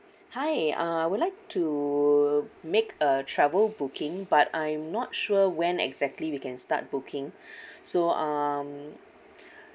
hi uh I would like to make a travel booking but I'm not sure when exactly we can start booking so um